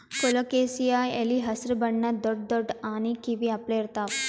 colocasia ಎಲಿ ಹಸ್ರ್ ಬಣ್ಣದ್ ದೊಡ್ಡ್ ದೊಡ್ಡ್ ಆನಿ ಕಿವಿ ಅಪ್ಲೆ ಇರ್ತವ್